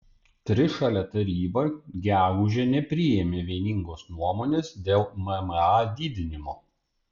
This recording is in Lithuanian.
trišalė taryba gegužę nepriėmė vieningos nuomonės dėl mma didinimo